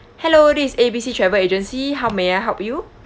hello this is A B C travel agency how may I help you